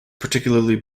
particularly